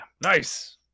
Nice